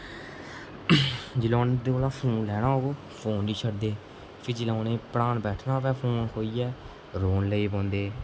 जिसलै उ'न्दे कोला फोन लैना होऐ ना फोन नेईं छड़दे भी जिसलै उ'नेंगी पढ़ान बैठना होऐ फोन खोइयै रोन लगी पौंदे